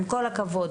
עם כל הכבוד,